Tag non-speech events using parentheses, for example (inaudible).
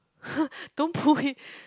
(breath) don't pull it